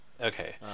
Okay